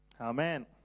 amen